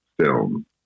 film